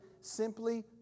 simply